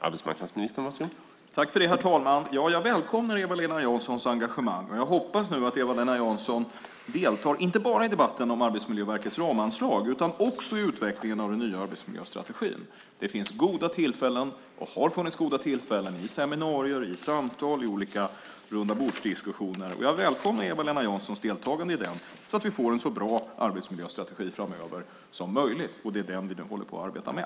Herr talman! Jag välkomnar Eva-Lena Janssons engagemang, och jag hoppas nu att hon deltar inte bara i debatten om Arbetsmiljöverkets ramanslag utan också i utvecklingen av den nya arbetsmiljöstrategin. Det finns goda tillfällen och har funnits goda tillfällen vid seminarier, i samtal och i olika rundabordsdiskussioner, och jag välkomnar Eva-Lena Janssons deltagande i detta så att vi får en så bra arbetsmiljöstrategi som möjligt framöver. Det är den vi nu håller på att arbeta med.